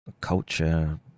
culture